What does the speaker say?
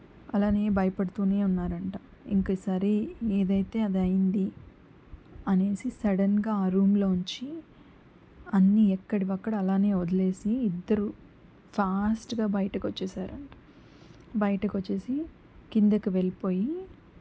అలానే భయపడుతూనే ఉన్నారంట ఇంక సరే ఏదైతే అదయ్యింది అనేసి సడన్గా ఆ రూమ్లో నుంచి అన్నీఎక్కడివక్కడ అలానే వదిలేసి ఇద్దరూ ఫాస్టుగా బయటకొచ్చేసారంట బయటకొచ్చేసి కిందకి వెళ్ళిపోయి